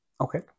Okay